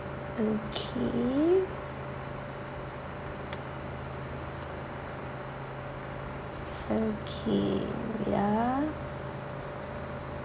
okay okay yeah